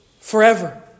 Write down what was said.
forever